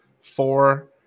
Four